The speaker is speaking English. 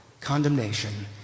condemnation